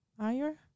higher